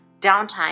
downtime